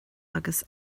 agus